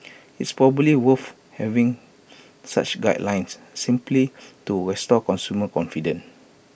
it's probably worth having such guidelines simply to restore consumer confidence